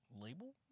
label